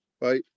Bye